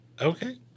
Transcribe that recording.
okay